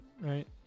right